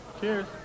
Cheers